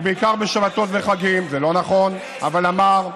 ובעיקר בשבתות וחגים, זה לא נכון, אבל הוא אמר.